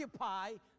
occupy